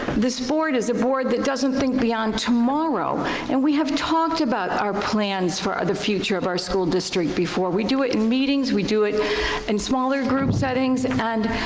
this board is a board that doesn't think beyond tomorrow and we have talked about our plans for the future of our school district before, we do it in meetings, we do it in smaller group settings and.